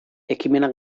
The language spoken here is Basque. ekimena